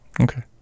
Okay